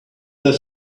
that